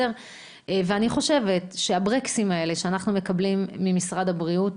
אני חושבת שהברקסים האלה שאנחנו מקבלים ממשרד הבריאות,